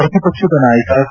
ಪ್ರತಿಪಕ್ಷದ ನಾಯಕ ಬಿ